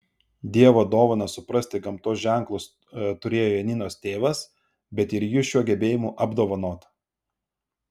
dievo dovaną suprasti gamtos ženklus turėjo janinos tėvas bet ir ji šiuo gebėjimu apdovanota